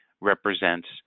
represents